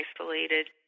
isolated